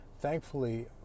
thankfully